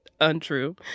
untrue